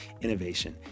innovation